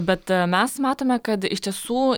bet mes matome kad iš tiesų